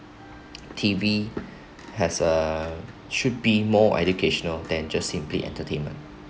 T_V has a should be more educational than just simply entertainment